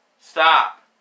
stop